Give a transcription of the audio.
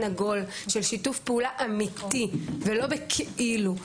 עגול של שיתוף פעולה אמיתי ולא בכאילו,